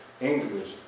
English